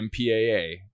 MPAA